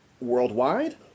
worldwide